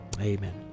Amen